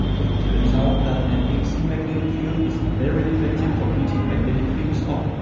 it turns out, that an ac magnetic field is very effective for heating magnetic things up.